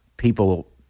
People